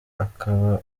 akaba